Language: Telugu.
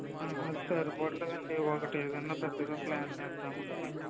ఆహా సరిపోవటం లేదండి ఒకటి ఏదైనా పెద్దగా ప్లాన్ చేద్దామని